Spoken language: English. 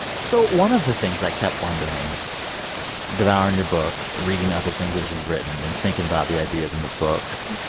so one of the things i kept wondering devouring your book, reading other things that you've written and thinking about the ideas in the book